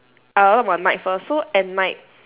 I talk about night first so at night